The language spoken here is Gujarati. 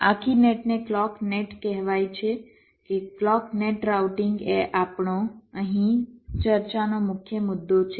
આખી નેટને ક્લૉક નેટ કહેવાય છે કે ક્લૉક નેટ રાઉટિંગ એ આપણો અહીં ચર્ચાનો મુખ્ય મુદ્દો છે